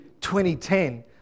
2010